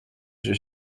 j’ai